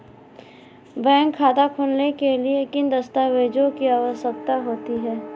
Bank खाता खोलने के लिए किन दस्तावेज़ों की आवश्यकता होती है?